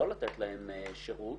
לא ברור לי מהי התפיסה שלכם.